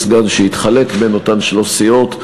תפקיד שיתחלק בין אותן שלוש סיעות,